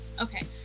okay